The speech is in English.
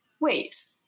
wait